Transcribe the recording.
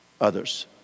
others